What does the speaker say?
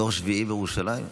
דור שביעי בירושלים,